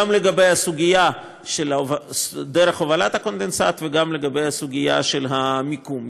גם בסוגיה של דרך הובלת הקונדנסט וגם בסוגיה של המיקום.